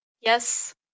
yes